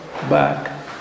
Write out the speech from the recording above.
back